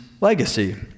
legacy